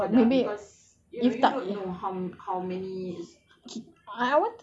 repay oh maybe if tak